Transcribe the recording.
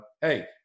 hey